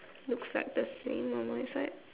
looks like the same on my side